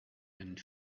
and